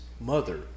mother